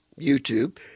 YouTube